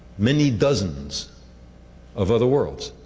many dozens of other worlds.